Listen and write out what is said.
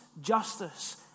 justice